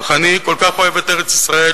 אני כל כך אוהב את ארץ-ישראל,